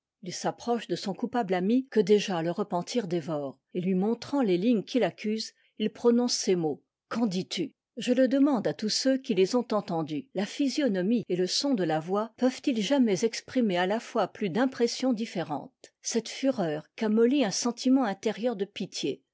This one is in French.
il s'approche de son coupable ami que déjà le repentir dévore et lui montrant les lignes qui l'accusent il prononce ces mots qu'en dis-tu je le demande à tous ceux qui les ont entendus la physionomie et le son de la voix peuvent-ils jamais exprimer à la fois plus d'impressions différentes cette fureur qu'amollit un sentiment intérieur de pitié